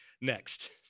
next